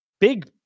big